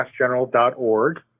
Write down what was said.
massgeneral.org